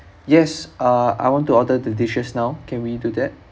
yes uh I want to order the dishes now can we do that